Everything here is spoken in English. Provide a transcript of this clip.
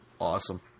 Awesome